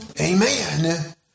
Amen